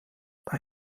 bei